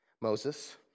Moses